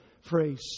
phrase